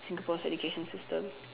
Singapore's education system